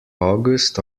august